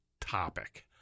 topic